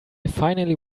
finally